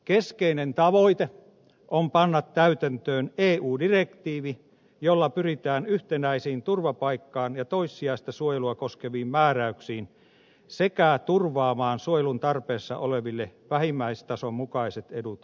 keskeinen tavoite on panna täytäntöön eu direktiivi jolla pyritään yhtenäisiin turvapaikkaa ja toissijaista suojelua koskeviin määräyksiin sekä turvaamaan suojelun tarpeessa oleville vähimmäistason mukaiset edut kaikissa maissa